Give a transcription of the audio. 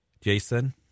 Jason